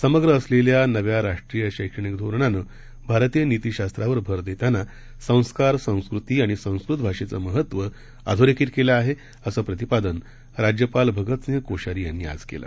समग्र असलेल्या नव्या राष्ट्रीय शैक्षणिक धोरणानं भारतीय नितीशास्त्रावर भर देताना संस्कार संस्कृती आणि संस्कृत भाषेचं महत्व अधोरेखित केलं आहे असं प्रतिपादन राज्यपाल भगतसिंह कोश्यारी यांनी आज केलं